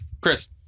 Chris